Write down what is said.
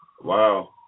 wow